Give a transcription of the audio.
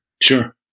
sure